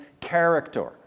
character